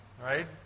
Right